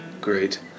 Great